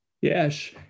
Yes